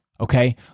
okay